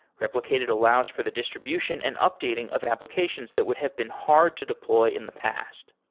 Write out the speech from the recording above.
replicated allows for the distribution and updating of applications that would have been hard to deploy in the past.